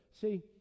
See